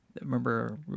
Remember